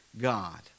God